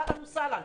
אהלן וסהלן,